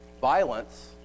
violence